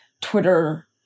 Twitter